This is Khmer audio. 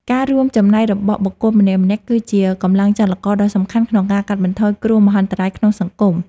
ការរួមចំណែករបស់បុគ្គលម្នាក់ៗ គឺជាកម្លាំងចលករដ៏សំខាន់ក្នុងការកាត់បន្ថយគ្រោះមហន្តរាយក្នុងសង្គម។